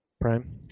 Prime